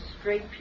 straight